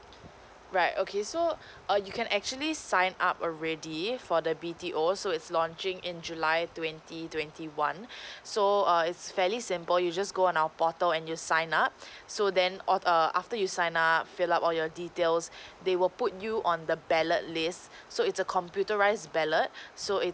right okay so err you can actually sign up already for the B_T_O so it's launching in july twenty twenty one so err it's fairly simple you just go on our portal and you sign up so then all err after you sign up fill up all your details they will put you on the ballot list so it's a computerised ballot so it's